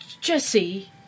Jesse